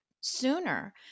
sooner